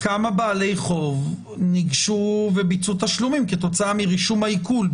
כמה בעלי חוב ניגשו וביצעו תשלומים כתוצאה מרישום העיקול,